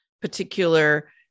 particular